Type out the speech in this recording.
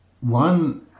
one